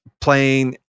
playing